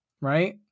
right